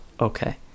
Okay